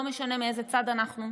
לא משנה מאיזה צד אנחנו,